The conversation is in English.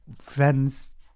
friends